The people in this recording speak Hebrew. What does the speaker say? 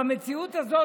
במציאות הזאת,